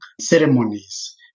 ceremonies